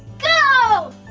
go!